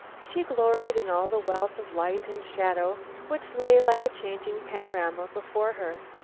she gloried in all the wealth of light and shadow which lay like a changing panorama before her.